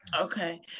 okay